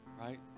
Right